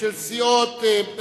של סיעות,